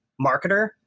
marketer